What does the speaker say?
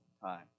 time